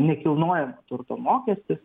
nekilnojamo turto mokestis